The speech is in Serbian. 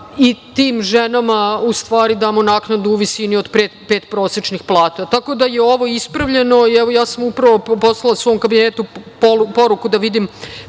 i tim ženama damo naknadu u visini od pet prosečnih plata, tako da je ovo ispravljeno. Ja sam upravo poslala svom kabinetu poruku, da vidim